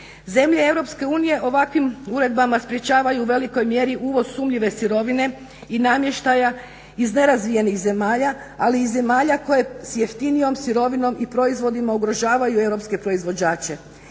Zemlje EU ovakvim uredbama sprječavaju u velikoj mjeri uvoz sumnjive sirovine i namještaja iz nerazvijenih zemalja, ali i zemalja koje s jeftinijom sirovinom i proizvodima ugrožavaju europske proizvođače.